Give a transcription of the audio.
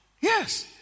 Yes